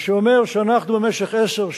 מה שאומר שבמשך עשר שנים,